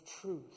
truth